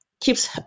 keeps